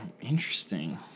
Interesting